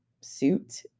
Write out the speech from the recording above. suit